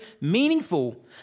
meaningful